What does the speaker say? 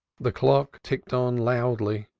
the clock ticked on loudly,